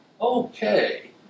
Okay